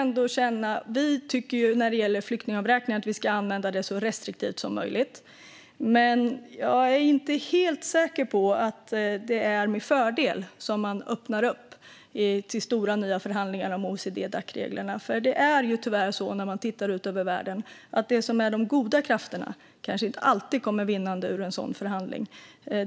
När det gäller flyktingavräkning tycker vi att det ska användas så restriktivt som möjligt, men jag är inte helt säker på att det är med fördel man öppnar upp till stora nya förhandlingar om OECD-Dac-reglerna. När man tittar ut över världen ser man nämligen att de goda krafterna tyvärr inte alltid går vinnande ur en sådan förhandling.